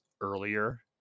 earlier